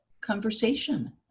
conversation